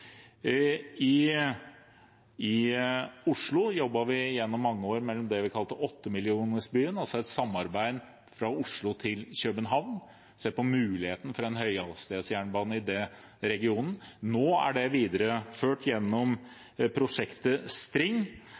I Oslo jobbet vi gjennom mange år med det vi kalte Åttemillionersbyen, altså et samarbeid fra Oslo til København, med å se på muligheten for en høyhastighetsjernbane i den regionen. Nå er det videreført gjennom prosjektet STRING,